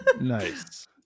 nice